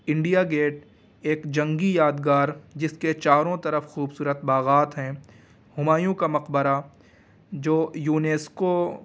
India Gate ایک جنگی یادگار جس کے چاروں طرف خوبصورت باغات ہیں ہمایوں کا مقبرہ جو یونیسکو